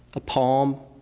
a palm,